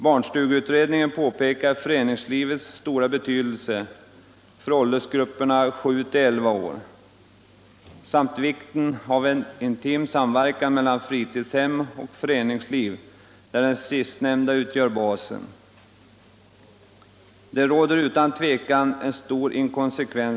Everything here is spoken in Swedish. Barnstugeutredningen påpekar föreningslivets stora betydelse för åldersgrupperna sju till elva år samt vikten av en intim samverkan mellan fritidshemmen och föreningslivet, där det sistnämnda utgör basen. Politiken på detta område är utan tvivel mycket inkonsekvent.